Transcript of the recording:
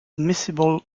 miscible